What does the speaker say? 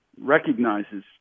recognizes